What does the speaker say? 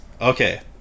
okay